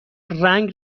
رنگ